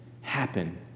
happen